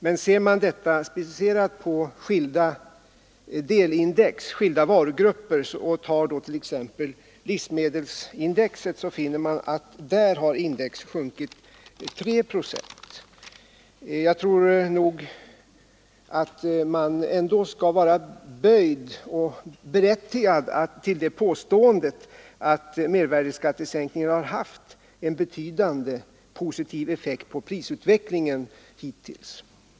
Men ser man det hela specificerat på skilda varugrupper, finner man t.ex. att livsmedelsindex har sjunkit 3 procent. Då bör man också vara berättigad till påståendet att mervärdeskattesänkningen har haft en betydande positiv effekt på prisutvecklingen hittills.